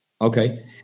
Okay